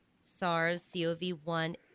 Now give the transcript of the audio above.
SARS-CoV-1